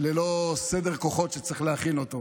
וללא סדר כוחות, שצריך להכין אותו.